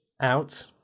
out